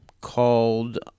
called